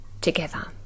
together